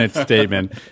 statement